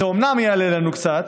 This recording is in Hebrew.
אז אומנם זה יעלה לנו קצת,